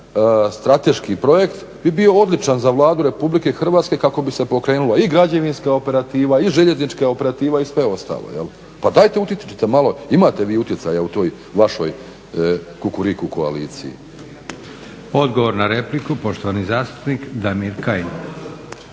strateški projekt bi bio odličan za Vladu Republike Hrvatske kako bi se pokrenulo i građevinska operativa i željeznička operativa i sve ostalo. Pa dajte utječite malo, imate vi utjecaja u toj vašoj Kukuriku koaliciji. **Leko, Josip (SDP)** Odgovor na repliku, poštovani zastupnik Damir Kajin.